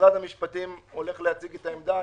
שמשרד המשפטים הולך להציג את העמדה,